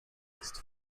mixed